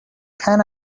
can